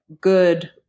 good